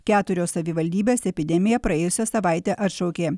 keturios savivaldybės epidemiją praėjusią savaitę atšaukė